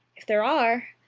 if there are,